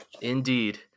Indeed